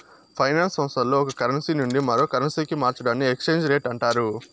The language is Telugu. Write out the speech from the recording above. ఫైనాన్స్ సంస్థల్లో ఒక కరెన్సీ నుండి మరో కరెన్సీకి మార్చడాన్ని ఎక్స్చేంజ్ రేట్ అంటారు